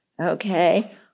Okay